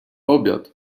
obiad